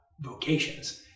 vocations